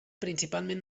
principalment